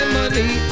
money